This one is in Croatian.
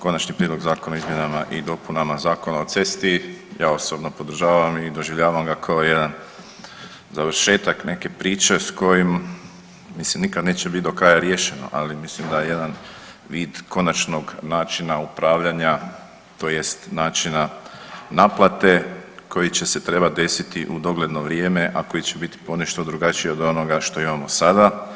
Konačni prijedlog Zakona o izmjenama i dopunama Zakona o cesti ja osobno podržavam i doživljavam ga kao jedan završetak neke priče s kojim mislim nikad neće bit do kraja riješeno, ali mislim da je jedan vid konačnog načina upravljanja tj. načina naplate koji će se trebat desiti u dogledno vrijeme, a koji će bit ponešto drugačiji od onoga što imamo sada.